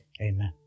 amen